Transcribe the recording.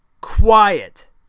quiet